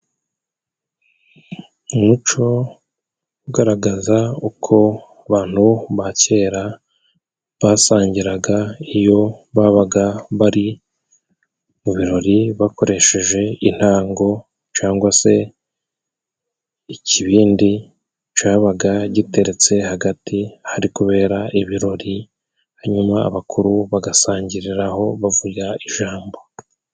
Umuco ugaragaza uko abantu ba kera basangiraga iyo babaga bari mu birori bakoresheje intango cangwa se ikibindi cabaga giteretse hagati ahari kubera ibirori, hanyuma abakuru bagasangiriraho bavuga ijambo.